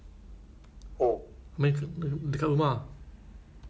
oh uh today pergi sekolah apa